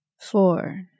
four